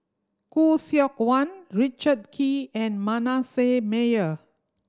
Khoo Seok Wan Richard Kee and Manasseh Meyer